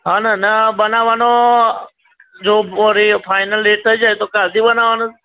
હં ને ને બનાવવાનો જો કો રેટ ફાઇનલ રેટ થઇ જાય તો કાલથી બનાવવાનો છે